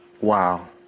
wow